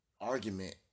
argument